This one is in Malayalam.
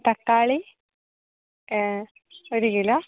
തക്കാളി ഒരു കിലോ